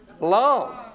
long